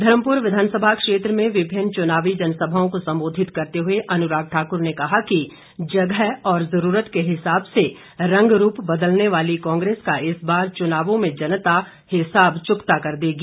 धर्मुपर विधानसभा क्षेत्र में विभिन्न चुनावी जनसभाओं को संबोधित करते हुए अनुराग ठाक्र ने कहा कि जगह और जुरूरत के हिसाब से रंग रूप बदलने वाली कांग्रेस का इस बार चुनावों में जनता हिसाब चुकता कर देगी